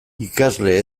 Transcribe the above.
ikasle